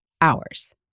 hours